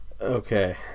Okay